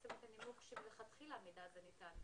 בעצם את הנימוק שמלכתחילה המידע הזה ניתן.